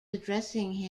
addressing